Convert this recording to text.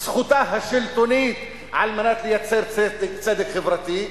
זכותה השלטונית על מנת לייצר צדק חברתי,